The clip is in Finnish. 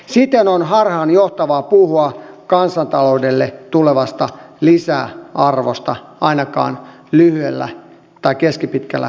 siten on harhaanjohtavaa puhua kansantaloudelle tulevasta lisäarvosta ainakaan lyhyellä tai keskipitkällä aikavälillä